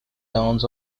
towns